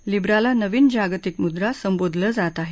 लीब्राला नवीन जागतिक मुद्रा संबोधलं जात आहे